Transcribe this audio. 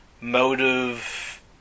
motive